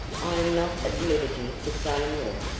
i am not at liberty to say more.